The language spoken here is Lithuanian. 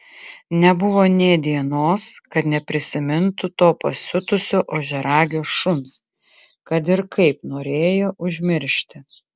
nebuvo nė dienos kad neprisimintų to pasiutusio ožiaragio šuns kad ir kaip norėjo užmiršti